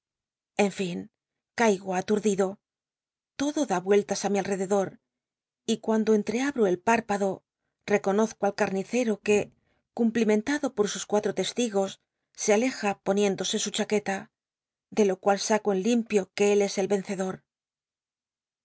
en lin caigo atmdido lodo dá ruellas mi alrededor y cuando enllcabi'o el p rpado reconozco al camice o que cumplimentado por sus cuatro testi os se aleja poniéndose su chaqueta de lo cual saco en limpio que él es el vencedor